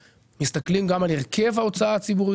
אנחנו מסתכלים גם על הרכב ההוצאה הציבורית